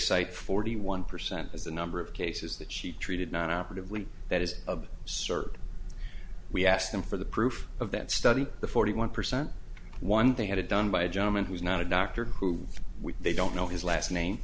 cite forty one percent as the number of cases that she treated nine operative when that is a cert we asked them for the proof of that study the forty one percent one they had it done by a gentleman who is not a doctor who they don't know his last name